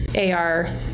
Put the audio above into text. AR